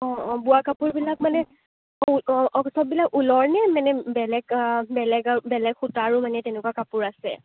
অ অ বোৱা কাপোৰবিলাক মানে মানে ঊলৰনে নে মানে বেলেগ বেলেগ বেলেগ সূতাৰো মানে তেনেকুৱা কাপোৰ আছে